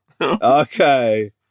Okay